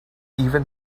even